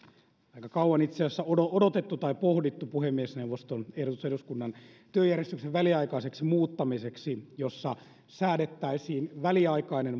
itse asiassa aika kauan odotettu tai pohdittu puhemiesneuvoston ehdotus eduskunnan työjärjestyksen väliaikaiseksi muuttamiseksi jossa säädettäisiin väliaikainen